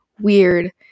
weird